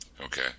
Okay